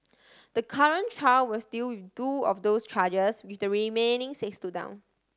the current trial was deal two of those charges with the remaining six stood down